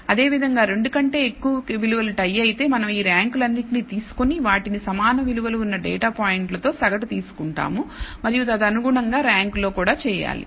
అదేవిధంగా 2 కంటే ఎక్కువ విలువలు టై అయితే మనం ఈ ర్యాంకులన్నింటినీ తీసుకుని వాటిని సమాన విలువలు ఉన్న డేటా పాయింట్లతో సగటు తీసుకుంటాము మరియు తదనుగుణంగా ర్యాంక్ లో కూడా చేయాలి